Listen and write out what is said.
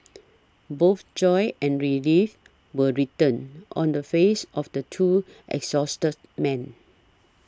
both joy and relief were written on the faces of the two exhausted men